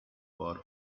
for